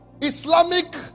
Islamic